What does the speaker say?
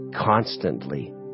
constantly